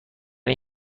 این